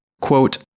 quote